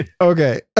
Okay